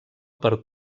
per